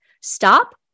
stop